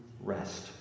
rest